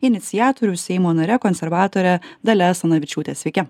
iniciatorių seimo nare konservatore dalia asanavičiūte sveiki